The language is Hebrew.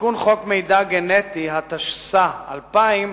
תיקון חוק מידע גנטי, התשס"א 2000,